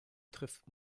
trifft